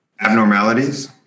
Abnormalities